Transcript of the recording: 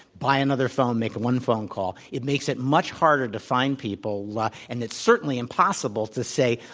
buy another phone, make one phone call. it makes it much harder to find people, and it's certainly impossible to say,